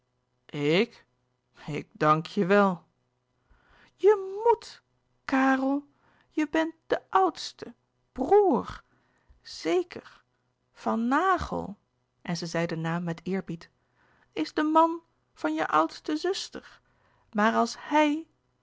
ik ik dank je wel je moèt kàrel je bent de oudste b r o ê r zeker van naghel en ze zei den naam met eerbied is de man van je oudste zuster maar als h